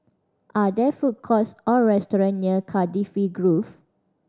are there food courts or restaurants near Cardifi Grove